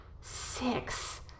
Six